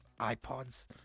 iPods